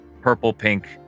purple-pink